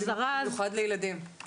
זה זרז במיוחד לילדים.